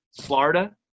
Florida